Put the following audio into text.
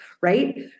right